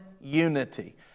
unity